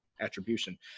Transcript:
attribution